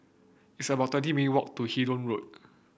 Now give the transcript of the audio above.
it's about twenty minute walk to Hindoo Road